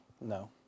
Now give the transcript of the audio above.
No